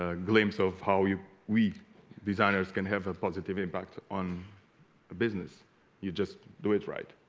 ah glimpse of how you we designers can have a positive impact on a business you just do it right